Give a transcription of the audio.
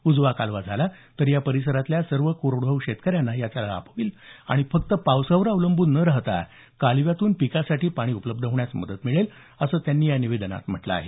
उजवा कालवा झाल्यास या परिसरातल्या सर्व कोरडवाहू शेतकऱ्यांना याचा फायदा होईल आणि फक्त पावसावर अवलंबून न राहता कालव्यातून पिकासाठी पाणी उपलब्ध होण्यास मदत मिळेल असं त्यांनी या निवेदनात म्हटलं आहे